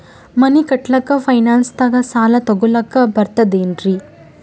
ಮನಿ ಕಟ್ಲಕ್ಕ ಫೈನಾನ್ಸ್ ದಾಗ ಸಾಲ ತೊಗೊಲಕ ಬರ್ತದೇನ್ರಿ?